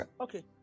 okay